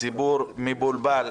הציבור מבולבל,